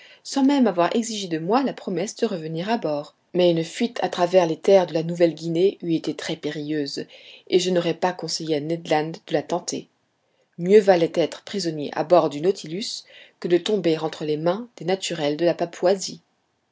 sans même avoir exigé de moi la promesse de revenir à bord mais une fuite à travers les terres de la nouvelle guinée eût été très périlleuse et je n'aurais pas conseillé à ned land de la tenter mieux valait être prisonnier à bord du nautilus que de tomber entre les mains des naturels de la papouasie